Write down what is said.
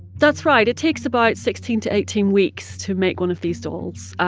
that's right. it takes about sixteen to eighteen weeks to make one of these dolls,